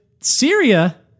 Syria